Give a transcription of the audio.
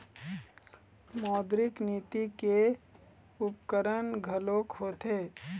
मौद्रिक नीति के उपकरन घलोक होथे